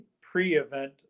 pre-event